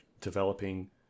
developing